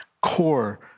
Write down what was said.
Core